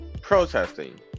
protesting